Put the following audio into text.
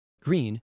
green